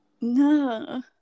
no